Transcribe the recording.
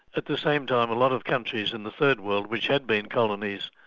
at the same time, a lot of countries in the third world, which had been colonies,